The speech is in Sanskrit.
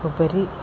उपरि